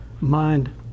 mind